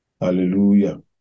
Hallelujah